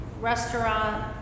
restaurant